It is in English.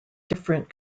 different